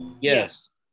Yes